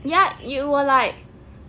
ya you were like